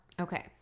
Okay